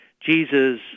Jesus